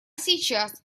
сейчас